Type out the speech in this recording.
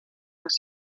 les